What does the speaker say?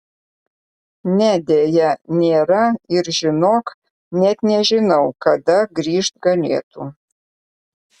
ne deja nėra ir žinok net nežinau kada grįžt galėtų